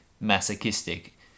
masochistic